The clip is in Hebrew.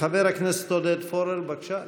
חבר הכנסת עודד פורר, בבקשה.